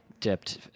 dipped